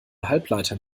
halbleitern